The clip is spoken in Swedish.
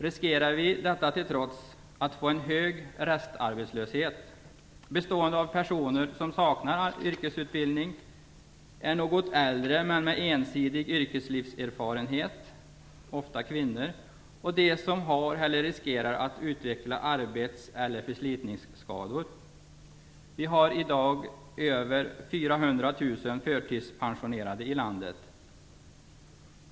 Detta till trots riskerar vi att få en hög restarbetslöshet. Den omfattar personer som saknar yrkesutbildning, något äldre personer - ofta kvinnor - med en ensidig yrkeslivserfarenhet och dem som har eller riskerar att utveckla arbets eller förslitningsskador. Vi har i dag över 400 000 förtidspensionärer i landet.